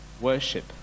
worship